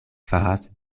faras